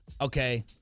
Okay